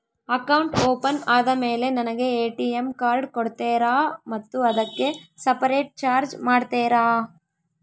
Account open ಆದಮೇಲೆ ನನಗೆ ATM card ಕೊಡ್ತೇರಾ ಮತ್ತು ಅದಕ್ಕೆ ಸಪರೇಟ್ ಚಾರ್ಜ್ ಮಾಡ್ತೇರಾ?